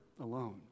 alone